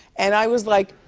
and i was like,